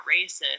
racist